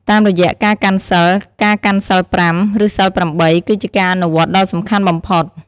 តាមរយៈការកាន់សីល ការកាន់សីលប្រាំ ឬសីលប្រាំបី គឺជាការអនុវត្តដ៏សំខាន់បំផុត។